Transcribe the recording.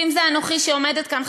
ואם זו אנוכי שעומדת כאן,